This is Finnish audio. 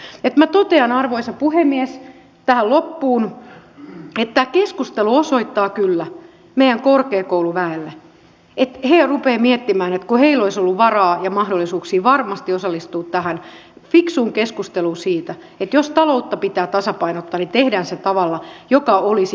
minä totean arvoisa puhemies tähän loppuun että tämä keskustelu osoittaa kyllä meidän korkeakouluväelle he rupeavat miettimään että heillä olisi ollut varaa ja mahdollisuuksia varmasti osallistua tähän fiksuun keskusteluun siitä että jos taloutta pitää tasapainottaa niin tehdään se tavalla joka olisi järkevä